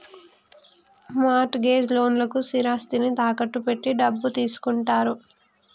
mart gauge లోన్లకు స్థిరాస్తిని తాకట్టు పెట్టి డబ్బు తీసుకుంటారు